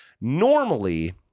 Normally